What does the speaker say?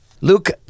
Luke